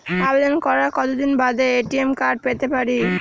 আবেদন করার কতদিন বাদে এ.টি.এম কার্ড পেতে পারি?